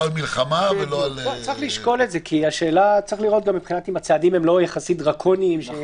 לא על מלחמה ולא על --- צריך לראות אם הצעדים הם לא דרקוניים יחסית,